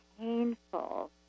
painful